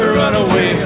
runaway